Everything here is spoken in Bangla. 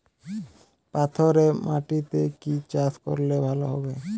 পাথরে মাটিতে কি চাষ করলে ভালো হবে?